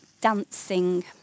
dancing